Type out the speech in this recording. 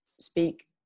speak